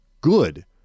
good